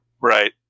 right